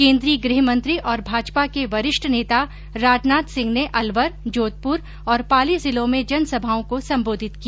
केन्द्रीय गृहमंत्री और भाजपा के वरिष्ठ नेता राजनाथ सिंह ने अलवर जोधपुर और पाली जिलों में जनसभाओं को संबोधित किया